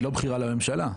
היא לא בחירה לממשלה.